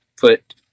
Put